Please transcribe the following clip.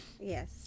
Yes